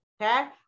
Okay